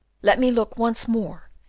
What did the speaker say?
let me look once more!